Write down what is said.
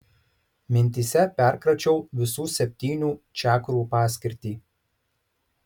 mintyse perkračiau visų septynių čakrų paskirtį